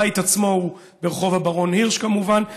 הבית עצמו הוא ברחוב הברון הירש, כמובן.